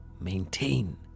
maintain